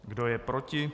Kdo je proti?